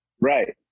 Right